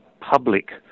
public